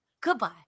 Goodbye